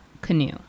Canoe